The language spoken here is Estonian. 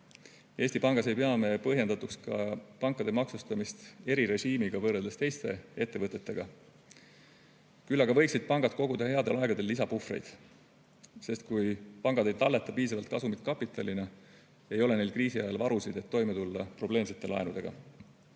Eesti Pangas ei pea me põhjendatuks ka pankade maksustamist erirežiimiga, võrreldes teiste ettevõtetega. Küll aga võiksid pangad koguda headel aegadel lisapuhvreid, sest kui pangad ei talleta piisavalt kasumit kapitalina, ei ole neil kriisi ajal varusid, et toime tulla probleemsete laenudega.